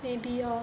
maybe lor